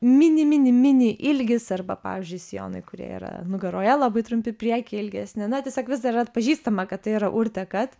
mini mini mini ilgis arba pavyzdžiui sijonai kurie yra nugaroje labai trumpi priekyje ilgesni na tiesiog vis dar atpažįstama kad tai yra urtė kad